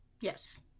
Yes